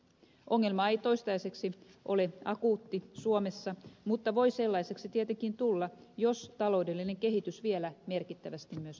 ongelma ei toistaiseksi ole akuutti suomessa mutta voi sellaiseksi tietenkin tulla jos taloudellinen kehitys vielä merkittävästi myös täällä heikkenee